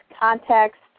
context